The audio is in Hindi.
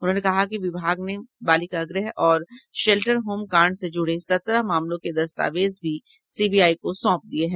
उन्होंने कहा कि विभाग ने बालिका गृह और शेल्टर होम कांड से जूड़े सत्रह मामलों के दस्तावेज भी सीबीआई को सौंप दिये हैं